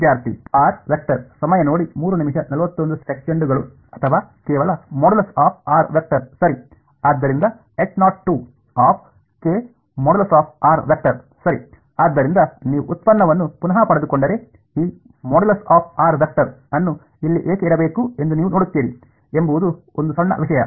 ಅಥವಾ ಕೇವಲ ││ಸರಿ ಆದ್ದರಿಂದ k││ ಸರಿ ಆದ್ದರಿಂದ ನೀವು ಉತ್ಪನ್ನವನ್ನು ಪುನಃ ಪಡೆದುಕೊಂಡರೆ ಈ ││ ಅನ್ನು ಇಲ್ಲಿ ಏಕೆ ಇಡಬೇಕು ಎಂದು ನೀವು ನೋಡುತ್ತೀರಿ ಎಂಬುದು ಒಂದು ಸಣ್ಣ ವಿಷಯ